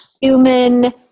human